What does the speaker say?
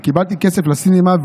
וקיבלתי כסף לסינמה,